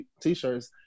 t-shirts